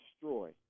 destroy